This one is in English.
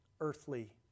earthly